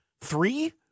Three